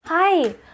Hi